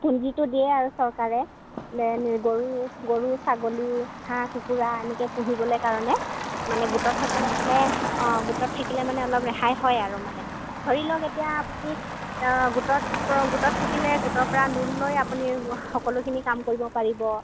পুঞ্জীটো দিয়ে আৰু চৰকাৰে যেনে গৰু গৰু ছাগলী হাঁহ কুকুৰা এনেকৈ পুহিবলৈ কাৰণে মানে গোটত থাকিলে মানে অঁ গোটত থাকিলে মানে অলপ ৰেহাই হয় আৰু মানে ধৰি লওক এতিয়া আপুনি গোটত গোটত থাকিলে গোটৰ পৰা লোণ লৈ আপুনি সকলোখিনি কাম কৰিব পাৰিব